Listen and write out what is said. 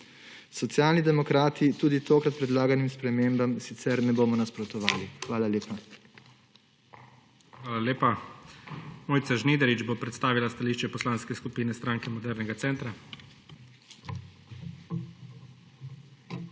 Socialni demokrati tudi tokrat predlaganim spremembam sicer ne bomo nasprotovali. Hvala lepa. **PREDSEDNIK IGOR ZORČIČ:** Hvala lepa. Mojca Žnidarič bo predstavila stališče Poslanske skupine Stranke modernega centra.